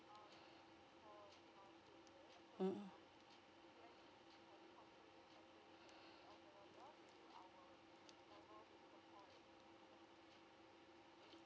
mm